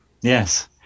Yes